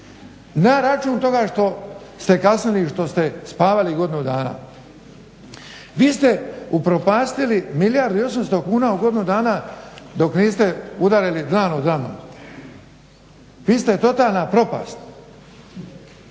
na račun toga što ste kasnili i što ste spavali godinu dana. Vi ste upropastili milijardu i 800 kuna u godinu dana dok niste udarili dlan o dlan. Vi ste totalna propast.